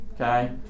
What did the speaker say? okay